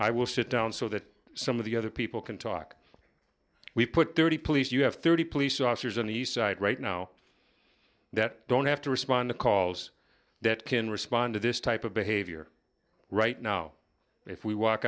i will sit down so that some of the other people can talk we put thirty please you have thirty police officers on the side right now that don't have to respond to calls that can respond to this type of behavior right now if we walk